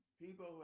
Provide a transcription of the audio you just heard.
people